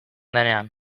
denean